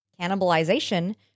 cannibalization